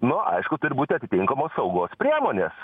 nu aišku turi būti atitinkamos saugos priemonės